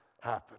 happen